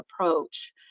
approach